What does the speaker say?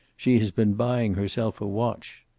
she has been buying herself a watch.